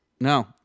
No